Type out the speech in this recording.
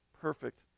perfect